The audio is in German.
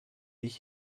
ich